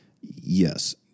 Yes